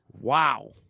wow